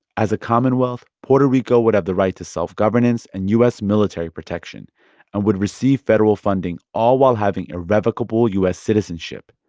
as a commonwealth, puerto rico would have the right to self-governance and u s. military protection and would receive federal funding all while having irrevocable u s. citizenship,